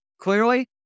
clearly